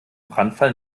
brandfall